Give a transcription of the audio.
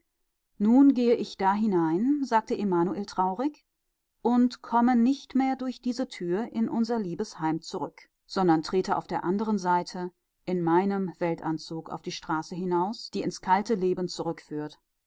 nun gehe ich da hinein sagte emanuel traurig und komme nicht mehr durch diese tür in unser liebes heim zurück sondern trete auf der anderen seite in meinem weltanzug auf die straße hinaus die ins kalte leben zurückführt